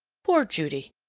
poor judy!